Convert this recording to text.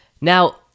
Now